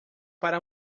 para